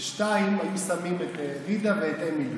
ב-02:00 היו שמים את ג'ידא ואת אמילי.